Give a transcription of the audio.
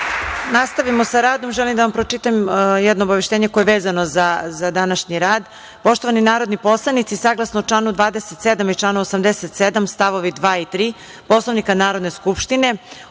nastavimo sa radom, želim da vam pročitam jedno obaveštenje koje je vezano za današnji rad. Poštovani narodni poslanici, saglasno članu 27. i članu 87. stavovi 2. i 3. Poslovnika Narodne skupštine,